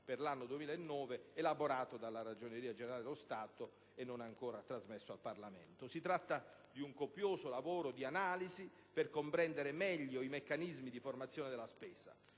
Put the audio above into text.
per l'anno 2009 elaborato dalla Ragioneria generale dello Stato e non ancora trasmesso al Parlamento. Si tratta di un copioso lavoro di analisi per comprendere meglio i meccanismi di formazione della spesa.